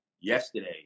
yesterday